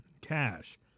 cash